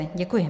Děkuji.